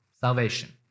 salvation